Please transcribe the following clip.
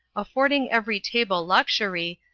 affording every table luxury,